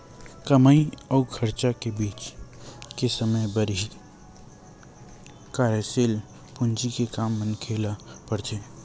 कमई अउ खरचा के बीच के समे बर ही कारयसील पूंजी के काम मनखे ल पड़थे